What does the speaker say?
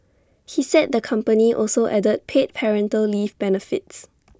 he said the company also added paid parental leave benefits